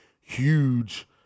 huge